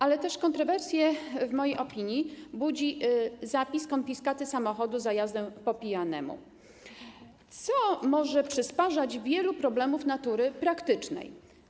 Ale też kontrowersje w mojej opinii budzi zapis konfiskaty samochodu za jazdę po pijanemu, co może przysparzać wielu problemów natury praktycznej.